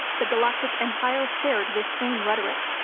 the galactic empire shared this same rhetoric,